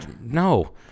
No